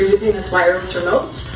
this wireless remote,